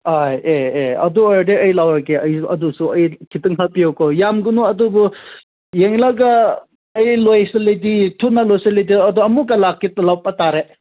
ꯑꯥꯏ ꯑꯦ ꯑꯦ ꯑꯗꯨ ꯑꯣꯏꯔꯗꯤ ꯑꯩ ꯂꯧꯔꯒꯦ ꯑꯩ ꯑꯗꯨꯁꯨ ꯑꯩ ꯈꯤꯇꯥꯡ ꯈꯥꯛꯄꯤꯌꯨꯀꯣ ꯌꯥꯝꯒꯅꯨ ꯑꯗꯨꯕꯨ ꯌꯦꯡꯂꯒ ꯑꯩ ꯂꯣꯁꯤꯜꯂꯗꯤ ꯊꯨꯅ ꯂꯣꯏꯁꯤꯜꯂꯗꯤ ꯑꯗꯣ ꯑꯃꯨꯛꯀ ꯂꯥꯛꯀꯦ ꯂꯥꯛꯄ ꯇꯥꯔꯦ